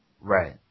Right